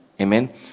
Amen